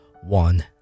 one